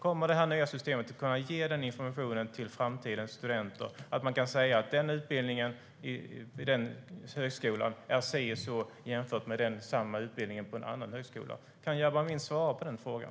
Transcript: Kommer det nya systemet att kunna ge den informationen till framtida studenter? Kan man säga att en utbildning vid en högskola är si och så jämfört med samma utbildning på en annan högskola? Kan Jabar Amin svara på den frågan?